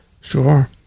Sure